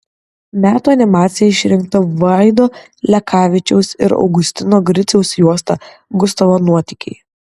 metų animacija išrinkta vaido lekavičiaus ir augustino griciaus juosta gustavo nuotykiai